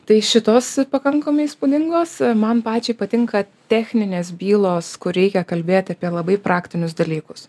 tai šitos pakankamai įspūdingos man pačiai patinka techninės bylos kur reikia kalbėti apie labai praktinius dalykus